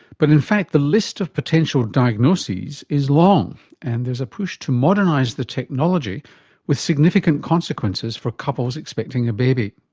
but in fact the list of potential diagnoses is long and there's a push to modernise the technology with significant consequences for couples expecting a baby.